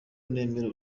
nemera